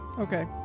Okay